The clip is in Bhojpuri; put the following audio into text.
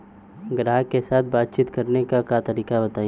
ग्राहक के साथ बातचीत करने का तरीका बताई?